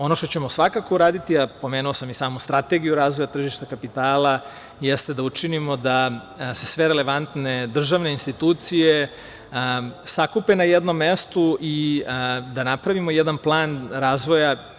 Ono što ćemo svakako uraditi, a pomenuo sam i samu Strategiju razvoja tržišta kapitala, jeste da učinimo da se sve relevantne državne institucije sakupe na jednom mestu i da napravimo jedan plan razvoja.